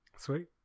Sweet